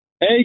Hey